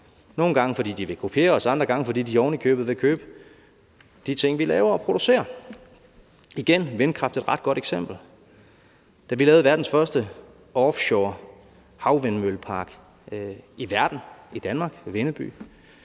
nogle gange, fordi de vil kopiere os, andre gange, fordi de ovenikøbet vil købe de ting, vi laver og producerer. Igen er vindkraft et ret godt eksempel. Da vi lavede verdens første offshore havvindmøllepark i verden i Danmark ved Vindeby,